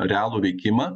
realų veikimą